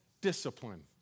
Discipline